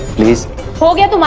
please forgive